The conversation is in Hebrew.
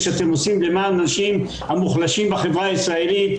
אתם עושים למען האנשים המוחלשים בחברה הישראלית,